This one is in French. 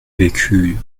vécu